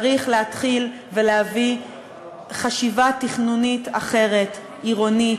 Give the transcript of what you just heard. צריך להתחיל ולהביא חשיבה תכנונית אחרת, עירונית,